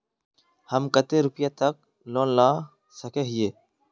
हम कते रुपया तक लोन ला सके हिये?